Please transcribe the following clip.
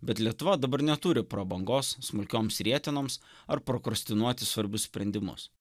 bet lietuva dabar neturi prabangos smulkioms rietenoms ar prokrastinuoti svarbius sprendimus